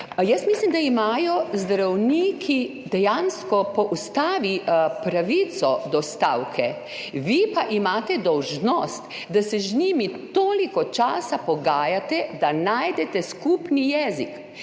Jaz mislim, da imajo zdravniki dejansko po ustavi pravico do stavke, vi pa imate dolžnost, da se z njimi toliko časa pogajate, da najdete skupni jezik,